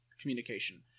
communication